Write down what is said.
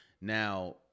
Now